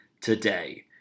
today